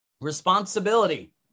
responsibility